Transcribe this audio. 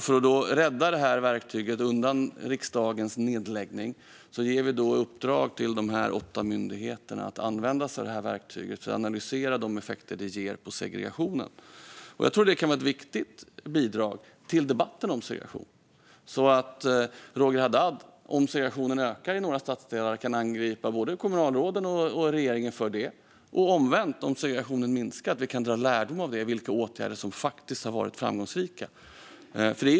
För att rädda det här verktyget undan riksdagens nedläggning gav vi i uppdrag åt åtta myndigheter att använda sig av verktyget för att analysera effekterna på segregationen. Jag tror att det kan vara ett viktigt bidrag till debatten om segregation. Om segregationen ökar i några stadsdelar kan Roger Haddad angripa både kommunalråden och regeringen för det. Och omvänt: Om segregationen minskar kan vi dra lärdom av vilka åtgärder som faktiskt har varit framgångsrika.